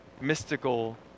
mystical